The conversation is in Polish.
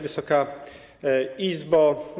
Wysoka Izbo!